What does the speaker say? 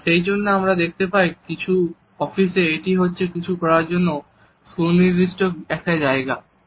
আর সেই জন্য আমরা দেখতে পাই যে কিছু অফিসে এটি হচ্ছে কিছু কাজ করার জন্য সুনির্দিষ্ট একটি জায়গা